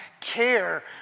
care